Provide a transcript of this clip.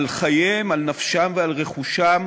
על חייהם, על נפשם ועל רכושם